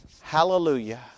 hallelujah